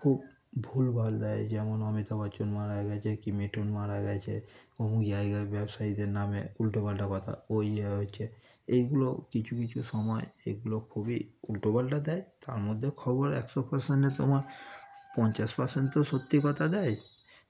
খুব ভুলভাল দেয় যেমন অমিতাভ বচ্চন মারা গিয়েছে কি মিঠুন মারা গিয়েছে অমুক জায়গায় ব্যবসায়ীদের নামে উলটো পালটা কথা ওই ইয়ে হয়েছে এইগুলো কিছু কিছু সময় এগুলো খুবই উলটো পালটা দেয় তার মধ্যে খবর একশো পার্সেন্টে তোমার পঞ্চাশ পার্সেন্ট তো সত্যি কথা দেয়